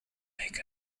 make